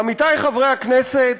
עמיתי חברי הכנסת,